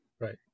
Right